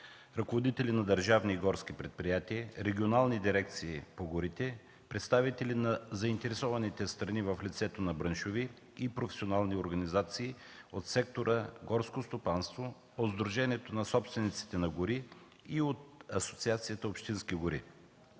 ръководители на държавни и горски предприятия, регионални дирекции по горите, представители на заинтересованите страни в лицето на браншови и професионални организации от сектора „Горско стопанство“, от Сдружението на собствениците на гори и от Асоциацията „Общински гори“,